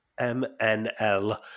MNL